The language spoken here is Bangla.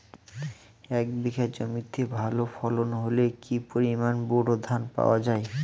এক বিঘা জমিতে ভালো ফলন হলে কি পরিমাণ বোরো ধান পাওয়া যায়?